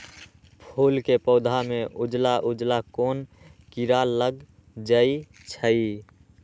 फूल के पौधा में उजला उजला कोन किरा लग जई छइ?